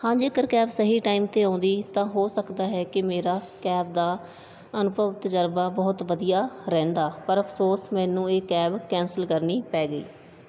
ਹਾਂ ਜੇਕਰ ਕੈਬ ਸਹੀ ਟਾਈਮ 'ਤੇ ਆਉਂਦੀ ਤਾਂ ਹੋ ਸਕਦਾ ਹੈ ਕਿ ਮੇਰਾ ਕੈਬ ਦਾ ਅਨੁਭਵ ਤਜਰਬਾ ਬਹੁਤ ਵਧੀਆ ਰਹਿੰਦਾ ਪਰ ਅਫ਼ਸੋਸ ਮੈਨੂੰ ਇਹ ਕੈਬ ਕੈਂਸਲ ਕਰਨੀ ਪੈ ਗਈ